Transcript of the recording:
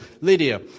Lydia